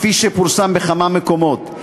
כפי שפורסם בכמה מקומות,